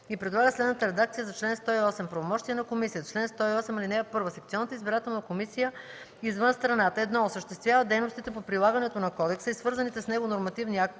и предлага следната редакция на чл. 108: „Правомощия на комисията Чл. 108. (1) Секционната избирателна комисия извън страната: 1. осъществява дейностите по прилагането на кодекса и свързаните с него нормативни актове